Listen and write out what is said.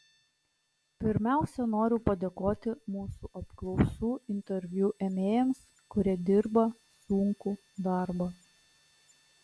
pirmiausia noriu padėkoti mūsų apklausų interviu ėmėjams kurie dirba sunkų darbą